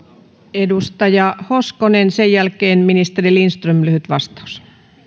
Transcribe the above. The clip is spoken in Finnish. edustaja hoskonen sen jälkeen ministeri lindström lyhyt vastaus